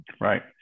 Right